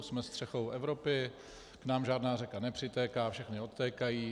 Jsme střechou Evropy, k nám žádná řeka nepřitéká, všechny odtékají.